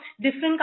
different